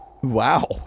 Wow